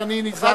אז אני נזהר.